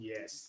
Yes